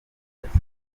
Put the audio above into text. gasabo